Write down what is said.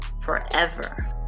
forever